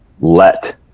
let